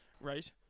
right